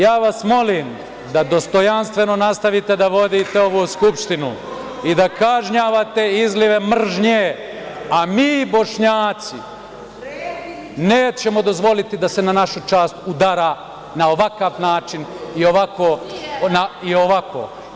Ja vas molim da dostojanstveno nastavite da vodite ovu Skupštinu i da kažnjavate izlive mržnje, a mi, Bošnjaci, nećemo dozvolite da se na našu čast udara na ovakav način i ovako.